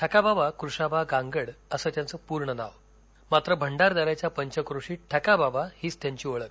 ठकाबाबा कृशाबा गांगड असे त्यांचं पुर्ण नाव मात्र भंडारदऱ्याच्या पंचक्रोशीत ठकाबाबा हीच त्यांची ओळख